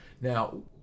Now